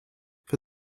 for